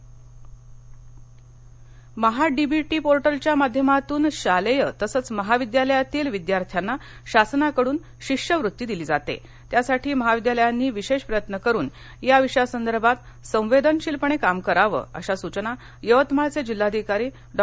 शिष्यवत्ती महाडीबीटी पोर्टलच्या माध्यमातून शालेय तसेच महाविद्यालयातील विद्यार्थ्यांना शासनाकडून शिष्यवृत्ती दिली जाते त्यासाठी महाविद्यालयांनी विशेष प्रयत्न करून या विषयासंदर्भात संवेदनशीलपणे काम करावे अशा सूचना यवतमाळचे जिल्हाधिकारी डॉ